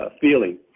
feeling